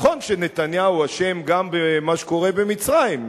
נכון שנתניהו אשם גם במה שקורה במצרים.